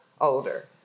older